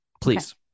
please